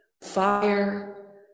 fire